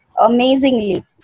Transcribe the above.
amazingly